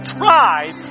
tried